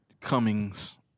Cummings